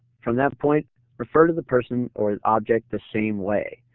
from that point refer to the person or object the same way.